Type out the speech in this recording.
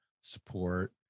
support